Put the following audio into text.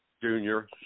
junior